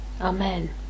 Amen